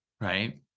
right